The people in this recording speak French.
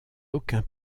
aucun